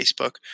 Facebook